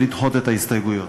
ולדחות את ההסתייגויות.